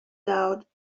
doubt